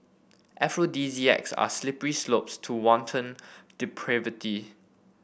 aphrodisiacs are slippery slopes to wanton depravity